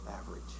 average